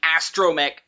astromech